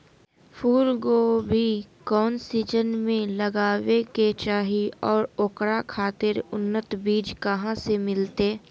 फूलगोभी कौन सीजन में लगावे के चाही और ओकरा खातिर उन्नत बिज कहा से मिलते?